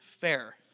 fair